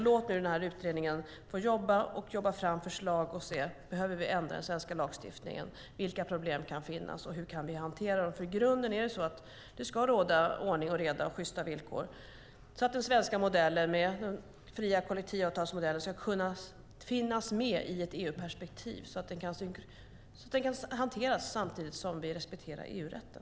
Låt nu den här utredningen få jobba fram förslag och se efter om vi behöver ändra den svenska lagstiftningen. Vilka problem kan finnas och hur kan vi hantera dem? I grunden är det så att det ska råda ordning och reda och sjysta villkor så att den svenska fria kollektivavtalsmodellen ska kunna finnas med i ett EU-perspektiv och kunna hanteras samtidigt som vi respekterar EU-rätten.